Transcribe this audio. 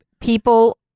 people